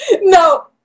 no